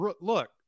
look